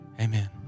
Amen